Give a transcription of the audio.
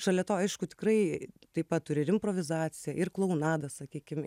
šalia to aišku tikrai taip pat turi ir improvizaciją ir klounadą sakykim